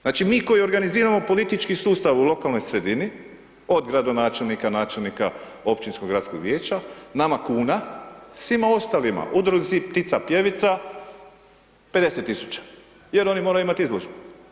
Znači mi koji organiziramo politički sustav u lokalnoj sredini, od gradonačelnika, načelnika, općinskog, gradskog vijeća, nama kuna, svima ostalima, udruzi ptica pjevica 50000 jer oni moraju imati izložbu.